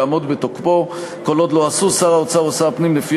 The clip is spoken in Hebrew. יעמוד בתוקפו כל עוד לא עשו שר האוצר או שר הפנים לפי